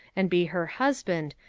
and be her husband,